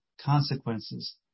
consequences